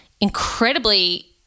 incredibly